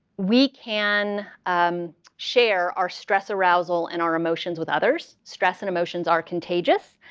we can share our stress arousal and our emotions with others. stress and emotions are contagious